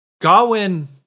Gawain